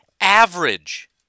average